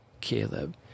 Caleb